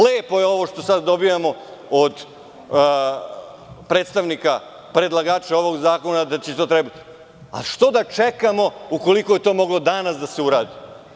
Lepo je ovo što sad dobijamo od predstavnika predlagača ovog zakona da će to trebati… ali što da čekamo ukoliko je to moglo danas da se uradi?